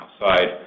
outside